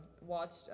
watched